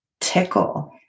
tickle